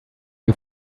you